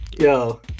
yo